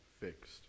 fixed